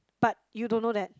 but you don't know that